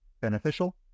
beneficial